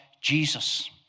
Jesus